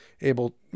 able